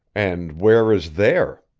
and where is there?